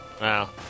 Wow